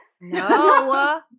no